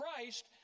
Christ